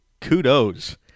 kudos